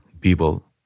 people